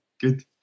Good